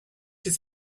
his